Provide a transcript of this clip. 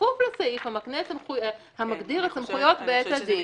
בכפוף לסעיף המגדיר את סמכויות בית הדין,